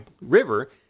river